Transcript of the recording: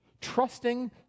trusting